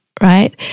right